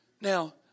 Now